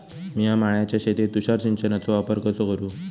मिया माळ्याच्या शेतीत तुषार सिंचनचो वापर कसो करू?